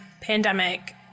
pandemic